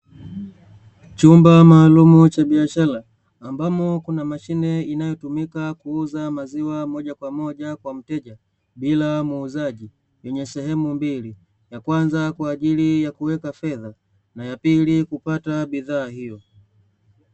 Chumba maalumu cha biashara ambapo kuna mashine inayotumika kuuza maziwa moja kwa moja kwa mteja bila muuzaji yenye sehemu mbili moja kwaajili yakuweka fedha yapili kupata bidhaa hyo.